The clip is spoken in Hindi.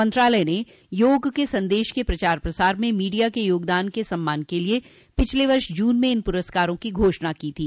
मंत्रालय ने योग के संदेश के प्रचार प्रसार में मीडिया के योगदान के सम्मान के लिए पिछले वर्ष जून में इन पुरस्कारों की घोषणा की थी